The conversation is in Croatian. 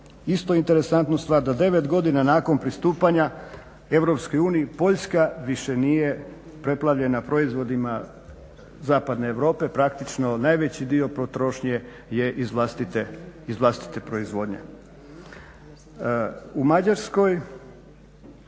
isto interesantnu stvar da 9 godina nakon pristupanja EU Poljska više nije preplavljena proizvodima Zapadne Europe, praktično najveći dio potrošnje je iz vlastite proizvodnje. U Mađarskoj